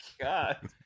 God